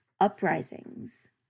uprisings